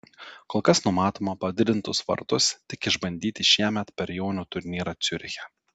kol kas numatoma padidintus vartus tik išbandyti šiemet per jaunių turnyrą ciuriche